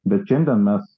bet šiandien mes